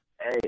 Hey